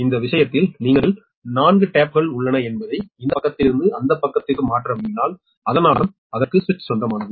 இந்த விஷயத்தில் நீங்கள் நான்கு டேப்கள் உள்ளன என்பதை இந்த பக்கத்திலிருந்து அந்த பக்கத்திற்கு மாற்ற விரும்பினால் அதனால்தான் சுவிட்ச் சொந்தமானது